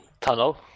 tunnel